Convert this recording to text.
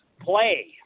play